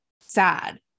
sad